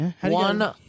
One